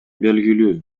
белгилүү